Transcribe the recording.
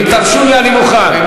מוכן להגיד,